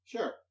Sure